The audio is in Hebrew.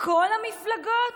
מכל המפלגות?